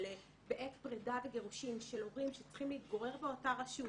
בעת פרידה וגירושין של הורים שצריכים להתגורר באותה רשות,